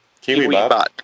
KiwiBot